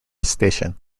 station